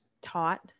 taught